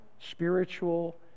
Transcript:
spiritual